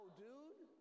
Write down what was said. dude